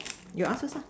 you ask first lah